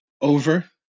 over